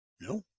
no